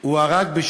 הוא הרג מישהו, ?